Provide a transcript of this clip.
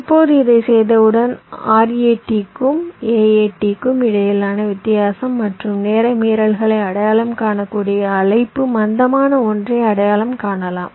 இப்போது இதைச் செய்தவுடன் RAT க்கும் AAT க்கும் இடையிலான வித்தியாசம் மற்றும் நேர மீறல்களை அடையாளம் காணக்கூடிய அழைப்பு மந்தமான ஒன்றை அடையாளம் காணலாம்